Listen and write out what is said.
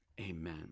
Amen